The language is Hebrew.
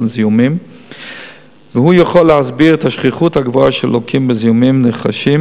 לזיהומים ויכול להסביר את השכיחות הגבוהה של הלוקים בזיהומים נרכשים